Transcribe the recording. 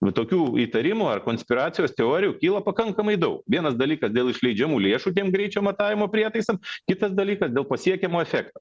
nu tokių įtarimų ar konspiracijos teorijų kyla pakankamai daug vienas dalykas dėl išleidžiamų lėšų tiems greičio matavimo prietaisam kitas dalykas dėl pasiekiamo efekto